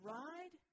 ride